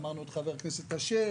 שמענו את חבר הכנסת אשר,